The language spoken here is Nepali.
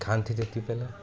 खान्थ्यो त्यति बेला